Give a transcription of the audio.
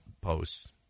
posts